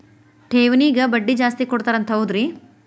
ಠೇವಣಿಗ ಬಡ್ಡಿ ಜಾಸ್ತಿ ಕೊಡ್ತಾರಂತ ಹೌದ್ರಿ?